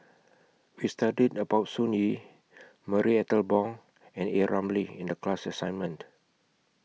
We studied about Sun Yee Marie Ethel Bong and A Ramli in The class assignment